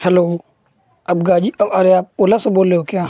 hello अब गाजी अरे आप ओला से बोल रहे हो क्या